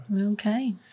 Okay